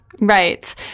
Right